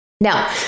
Now